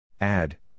Add